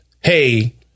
hey